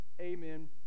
amen